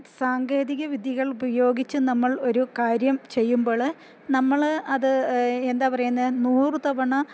സാങ്കേതിക വിദ്യകൾ ഉപയോഗിച്ച് നമ്മൾ ഒരു കാര്യം ചെയ്യുമ്പോൾ നമ്മൾ അത് എന്താ പറയുന്നത് നൂറ് തവണ